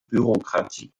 bürokratie